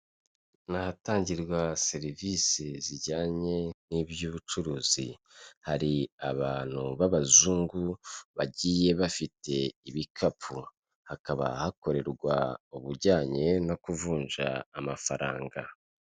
Ni ahatangirwa serivisi zijyanye n'iby'ubucuruzi hari abantu b'abazungu bagiye bafite ibikapu hakaba hakorerwa ubujyanye no kuvunja amafaranga.